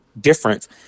difference